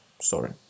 sorry